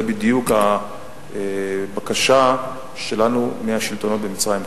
זו בדיוק הבקשה שלנו מהשלטונות במצרים כרגע.